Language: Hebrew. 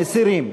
מסירים.